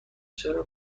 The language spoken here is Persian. چرا